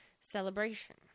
celebration